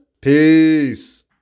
peace